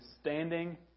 standing